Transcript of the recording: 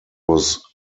was